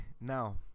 now